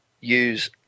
use